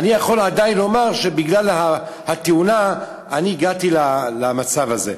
אני יכול עדיין לומר שבגלל התאונה הגעתי למצב הזה,